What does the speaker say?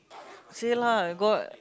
see lah got